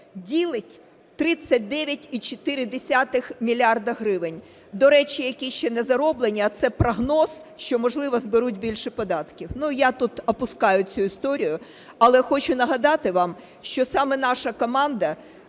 ділить 39,4 мільярда гривень, до речі, які ще не зароблені, а це прогноз, що, можливо, зберуть більше податків. Я тут опускаю цю історію, але хочу нагадати вам, що саме наша команда